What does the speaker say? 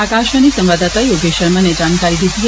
आकाशवाणी संवाददाता योगेश शर्मा नै जानकारी दिती ऐ